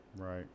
Right